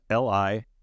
LI